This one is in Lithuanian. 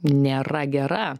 nėra gera